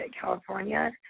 California